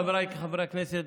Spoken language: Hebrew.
חבריי חברי הכנסת,